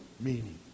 meaning